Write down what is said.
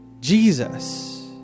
jesus